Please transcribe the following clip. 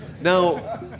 Now